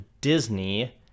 Disney